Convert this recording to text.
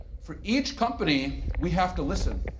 for each company, we have to listen.